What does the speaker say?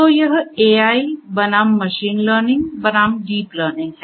तो यह AI बनाम मशीन लर्निंग बनाम डीप लर्निंग है